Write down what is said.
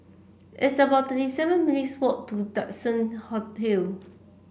it's about thirty seven minutes' walk to Duxton Hill